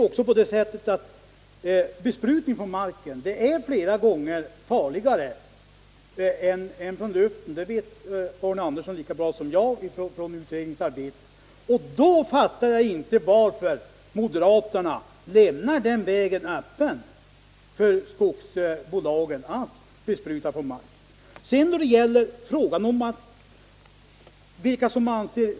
Men besprutning från marken är flera gånger farligare än besprutning från luften, och det vet Arne Andersson lika bra som jag efter de utredningsarbeten som gjorts. Därför förstår jag inte varför moderaterna lämnar vägen öppen för skogsbolagen att bespruta från marken.